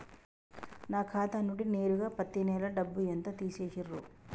నా ఖాతా నుండి నేరుగా పత్తి నెల డబ్బు ఎంత తీసేశిర్రు?